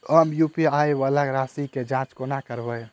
हम यु.पी.आई वला राशि केँ जाँच कोना करबै?